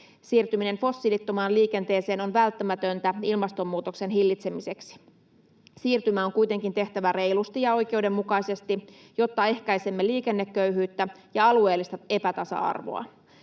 Siirtyminen fossiilittomaan liikenteeseen on välttämätöntä ilmastonmuutoksen hillitsemiseksi. Siirtymä on kuitenkin tehtävä reilusti ja oikeudenmukaisesti, jotta ehkäisemme liikenneköyhyyttä ja alueellista epätasa-arvoa.